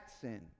sin